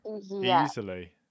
easily